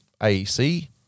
AEC